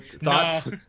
Thoughts